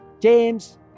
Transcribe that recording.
James